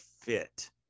fit